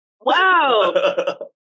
Wow